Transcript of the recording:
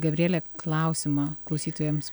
gabrielė klausimą klausytojams